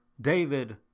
David